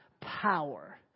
power